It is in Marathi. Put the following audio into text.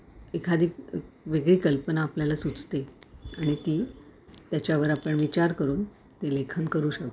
एखादी वेगळी कल्पना आपल्याला सुचते आणि ती त्याच्यावर आपण विचार करून ते लेखन करू शकतो